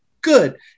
Good